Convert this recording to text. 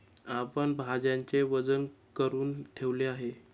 आपण भाज्यांचे वजन करुन ठेवले आहे